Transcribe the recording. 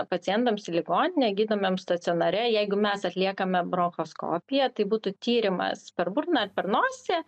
pacientams į ligoninę gydomiems stacionare jeigu mes atliekame bronchoskopiją tai būtų tyrimas per burną ar per nosį